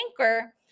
Anchor